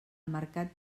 mercat